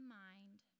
mind